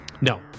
No